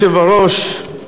אדוני היושב-ראש,